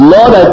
Lord